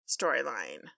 storyline